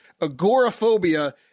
agoraphobia